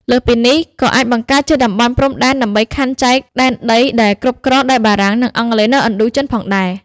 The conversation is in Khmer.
លើសពីនេះ ក៏អាចបង្កើតជាតំបន់ព្រំដែនដើម្បីខណ្ឌចែកដែនដីដែលគ្រប់គ្រងដោយបារាំង និងអង់គ្លេសនៅឥណ្ឌូចិនផងដែរ។